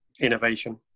Innovation